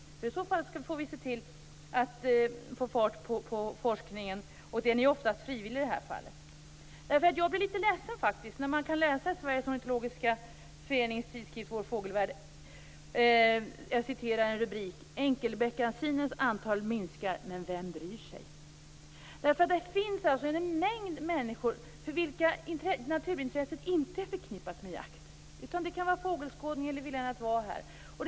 I så fall får vi se till att få fart på forskningen, och denna är oftast frivillig i det här fallet. Jag blir faktiskt lite ledsen när man kan läsa följande rubrik i Sveriges ornitologiska förenings tidskrift Vår Fågelvärld: Enkelbeckasinens antal minskar - men vem bryr sig? Det finns naturligtvis en mängd människor för vilka naturintresset inte är förknippat med jakt. Det kan vara fågelskådning eller viljan att vara ute.